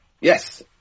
Yes